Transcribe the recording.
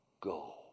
go